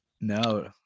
No